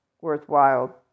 worthwhile